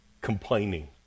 complaining